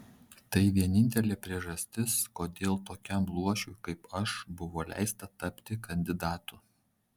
tai vienintelė priežastis kodėl tokiam luošiui kaip aš buvo leista tapti kandidatu